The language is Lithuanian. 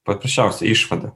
paprasčiausia išvada